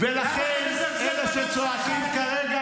למה אתה מזלזל --- אלה שצועקים כרגע